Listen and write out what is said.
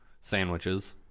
sandwiches